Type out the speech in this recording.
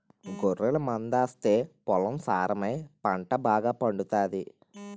గొర్రెల మందాస్తే పొలం సారమై పంట బాగాపండుతాది